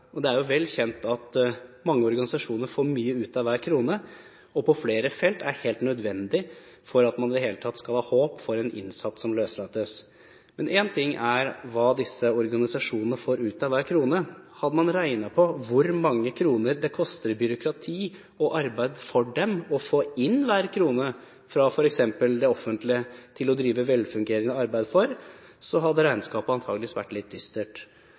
Det er vel kjent at mange organisasjoner får mye ut av hver krone, og på flere felt er det helt nødvendig for at man i det hele tatt skal ha håp for en innsatt som løslates. Én ting er hva disse organisasjonene får ut av hver krone, men hadde man regnet på hvor mange kroner det koster i byråkrati og arbeid for dem å få inn hver krone fra f.eks. det offentlige for å drive velfungerende arbeid for, hadde regnskapet antakelig vært ganske dystert.